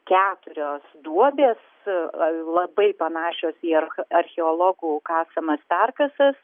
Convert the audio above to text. keturios duobės labai panašios į archeologų kasamas perkasas